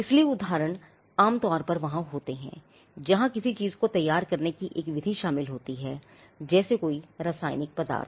इसलिए उदाहरण आम तौर पर वहां होते हैं जहां किसी चीज को तैयार करने की एक विधि शामिल होती है जैसे कोई रासायनिक पदार्थ